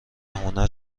هنر